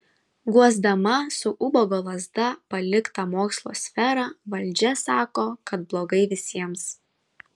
guosdama su ubago lazda paliktą mokslo sferą valdžia sako kad blogai visiems